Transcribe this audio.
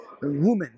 women